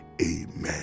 amen